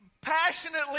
passionately